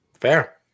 fair